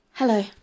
Hello